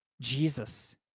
Jesus